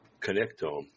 connectome